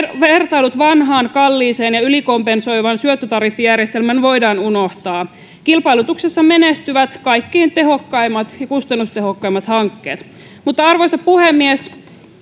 vertailut vanhaan kalliiseen ja ylikompensoivaan syöttötariffijärjestelmään voidaan unohtaa kilpailutuksessa menestyvät kaikkein tehokkaimmat ja kustannustehokkaimmat hankkeet arvoisa puhemies